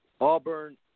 Auburn